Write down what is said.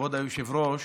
כבוד היושב-ראש,